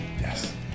Yes